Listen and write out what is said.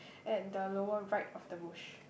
at the lower right of the bush